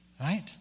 Right